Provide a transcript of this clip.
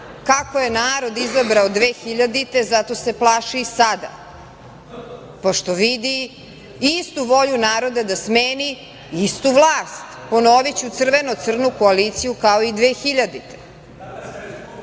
kako je narod izabrao 2000. i zato se plašio i sada, pošto vidi istu volju naroda da smeni istu vlast, ponoviću, crveno-crnu koaliciju kao i 2000.